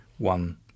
one